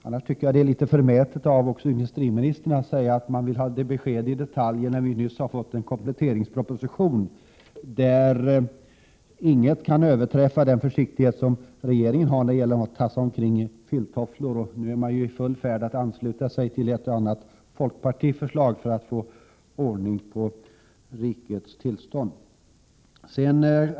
Annars tycker jag det är litet förmätet av industriministern att säga att han 39 vill ha besked om detaljer, när vi nyss har fått en kompletteringsproposition där ingen kan överträffa den försiktighet regeringen visar när det gäller att tassa omkring i filttofflor. Nu är man i full färd med att ansluta sig till ett och annat folkpartiförslag för att få ordning på rikets tillstånd.